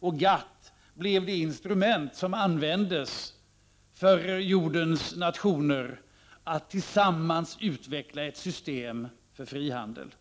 Och GATT blev det instrument som användes av jordens nationer för att tillsammans utveckla ett system för frihandel.